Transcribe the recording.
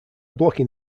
blocking